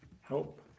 Help